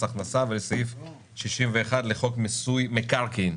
46 לחוק מס הכנסה ולסעיף 61 לחוק מיסוי מקרקעין.